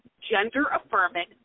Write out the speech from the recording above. gender-affirming